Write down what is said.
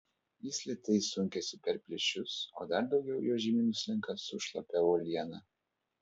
jis lėtai sunkiasi per plyšius o dar daugiau jo žemyn nuslenka su šlapia uoliena